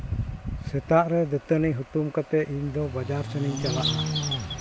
ᱥᱮᱛᱟᱜ ᱨᱮ ᱫᱟᱹᱛᱟᱹᱱᱤ ᱦᱩᱛᱩᱢ ᱠᱟᱛᱮᱫ ᱤᱧᱫᱚ ᱵᱟᱡᱟᱨ ᱥᱮᱱᱤᱧ ᱪᱟᱞᱟᱜᱼᱟ